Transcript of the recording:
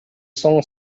соң